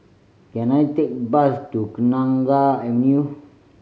can I take bus to Kenanga Avenue